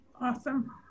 Awesome